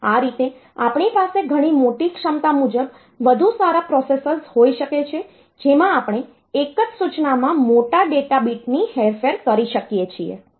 આ રીતે આપણી પાસે ઘણી મોટી ક્ષમતા મુજબ વધુ સારા પ્રોસેસર્સ હોઈ શકે છે જેમાં આપણે એક જ સૂચનામાં મોટા ડેટા બીટની હેરફેર કરી શકીએ છીએ